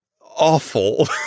awful